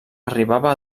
arribava